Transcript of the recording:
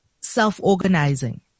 self-organizing